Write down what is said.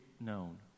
known